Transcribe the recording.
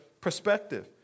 perspective